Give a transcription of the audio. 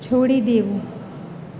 છોડી દેવું